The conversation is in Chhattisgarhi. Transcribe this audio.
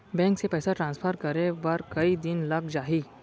बैंक से पइसा ट्रांसफर करे बर कई दिन लग जाही?